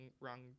wrong